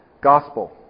Gospel